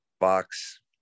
box